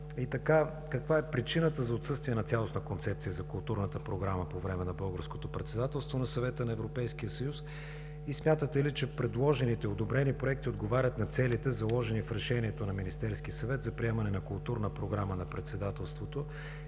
каква е причината за отсъствие на цялостна концепция за културната програма по време на Българското председателство на Съвета на Европейския съюз? Смятате ли, че предложените одобрени проекти отговарят на целите, заложени в решението на Министерски съвет за приемане на културна програма на Председателството?